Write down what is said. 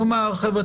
יאמר: חבר'ה,